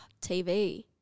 tv